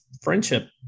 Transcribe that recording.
friendship